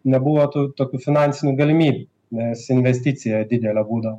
nebuvo tų tokių finansinių galimybių nes investicija didelė būdavo